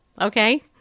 okay